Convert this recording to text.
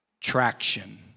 traction